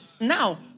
now